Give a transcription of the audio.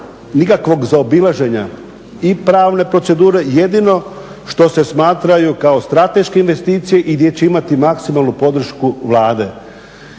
nikakvog zaobilaženja i pravne procedure, jedino što se smatraju kao strateške investicije i gdje će imati maksimalnu podršku Vlade